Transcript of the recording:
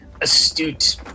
astute